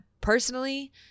personally